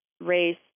race